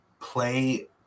play